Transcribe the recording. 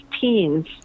teens